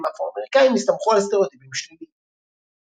אפרו-אמריקאים הסתמכו על סטריאוטיפים שליליים.